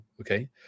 okay